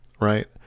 right